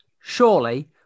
surely